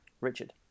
richard